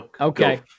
Okay